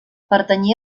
pertanyia